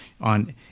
on